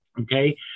okay